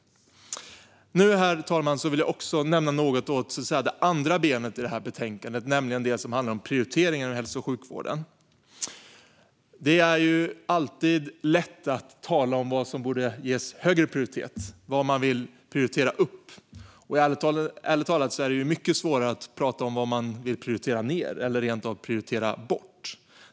Herr talman! Jag vill också nämna något om det andra benet i betänkandet, så att säga, nämligen det som handlar om prioriteringar inom hälso och sjukvården. Det är alltid lätt att tala om vad som borde ges högre prioritet, vad man vill prioritera upp. Ärligt talat är det mycket svårare att tala om vad man vill prioritera ned eller rent av prioritera bort.